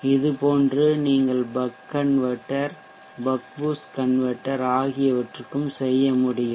இது போன்று நீங்கள் buck converter buck boost converter ஆகியவற்றுக்கும் செய்ய முடியும்